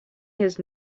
his